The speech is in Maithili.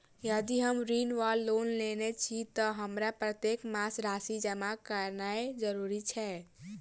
यदि हम ऋण वा लोन लेने छी तऽ हमरा प्रत्येक मास राशि जमा केनैय जरूरी छै?